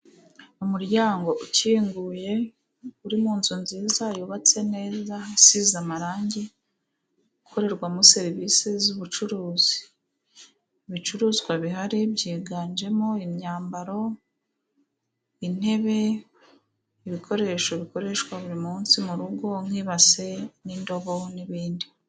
Umuryango ukinguye uri mu nzu nziza ,yubatse neza ,isize amarangi ukorerwamo serivisi z'ubucuruzi ibicuruzwa bihari byiganjemo: imyambaro, intebe, ibikoresho bikoreshwa buri munsi mu rugo nk'ibase ,n'indobo n'ibindi.